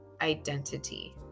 identity